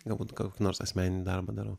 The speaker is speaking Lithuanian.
galbūt kokį nors asmeninį darbą darau